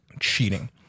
cheating